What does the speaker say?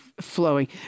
flowing